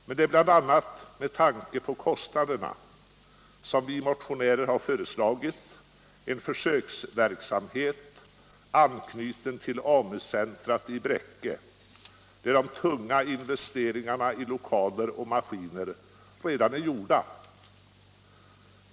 Men det är bl.a. med tanke på kostnaderna som vi motionärer föreslagit en försöksverksamhet, anknuten till AMU-centret i Bräcke, där de tunga investeringarna i lokaler och maskiner redan är gjorda.